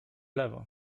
lewo